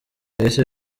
yahise